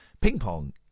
Ping-pong